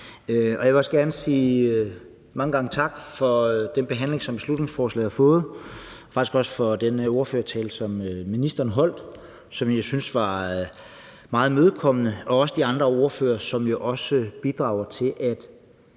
Jeg vil også gerne sige mange gange tak for den behandling, som beslutningsforslaget har fået, og faktisk også for den tale, som ministeren holdt, og som jeg synes var meget imødekommende. Jeg vil også sige tak til de andre ordførere, som jo bidrager til, at